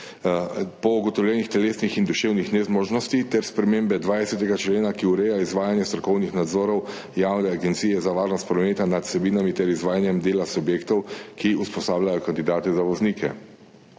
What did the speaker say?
po ugotovljenih telesnih in duševnih nezmožnostih, ter spremembe 20. člena, ki ureja izvajanje strokovnih nadzorov Javne agencije za varnost prometa nad vsebinami ter izvajanjem dela subjektov, ki usposabljajo kandidate za voznike.